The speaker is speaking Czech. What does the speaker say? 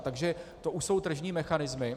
Takže to už jsou tržní mechanismy.